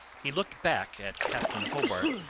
he looked back at captain hobart,